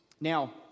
Now